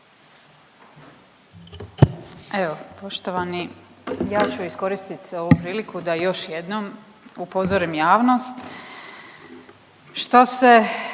Evo poštovani, ja ću iskoristit ovu priliku da još jednom upozorim javnost